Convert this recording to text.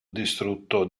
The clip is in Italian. distrutto